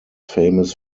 famous